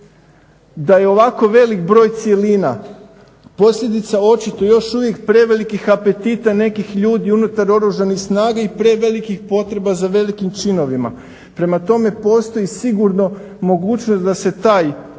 da je ovako velik broj cjelina posljedica očito još uvijek prevelikih apetita nekih ljudi unutar Oružanih snaga i prevelikih potreba za velikim činovima. Prema tome, postoji sigurno mogućnost da se taj